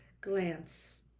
glance